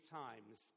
times